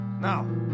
Now